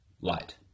light